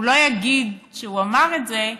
הוא לא יגיד שהוא אמר את זה,